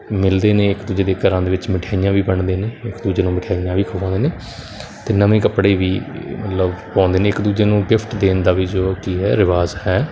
ਮਿਲਦੇ ਨੇ ਇੱਕ ਦੂਜੇ ਦੇ ਘਰਾਂ ਦੇ ਵਿੱਚ ਮਿਠਾਈਆਂ ਵੀ ਵੰਡਦੇ ਨੇ ਇੱਕ ਦੂਜੇ ਨੂੰ ਮਿਠਾਈਆਂ ਵੀ ਖਵਾਉਂਦੇ ਨੇ ਅਤੇ ਨਵੇਂ ਕੱਪੜੇ ਵੀ ਮਤਲਬ ਪਾਉਂਦੇ ਨੇ ਇੱਕ ਦੂਜੇ ਨੂੰ ਗਿਫਟ ਦੇਣ ਦਾ ਵੀ ਜੋ ਕੀ ਹੈ ਰਿਵਾਜ਼ ਹੈ